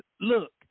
look